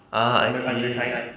ah I_T